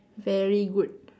very good